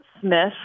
Smith